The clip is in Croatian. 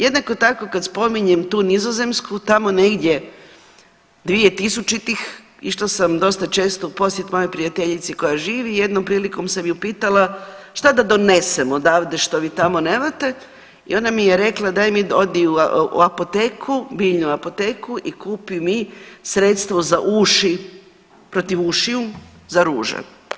Jednako tako kada spominjem tu Nizozemsku tamo negdje 2000. išla sam dosta često mojoj prijateljici koja živi i jednom prilikom sam ju pitala što da donesem odavde što vi tamo nemate i ona mi je rekla daj mi odi u apoteku, biljnu apoteku i kupi mi sredstvo za uši protiv ušiju za ruže.